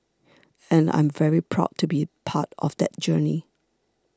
and I'm very proud to be part of that journey